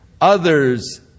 Others